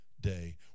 day